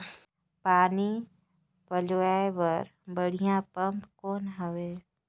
पानी पलोय बर बढ़िया पम्प कौन हवय?